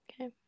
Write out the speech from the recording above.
Okay